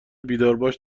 بیدارباش